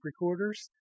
recorders